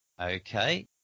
Okay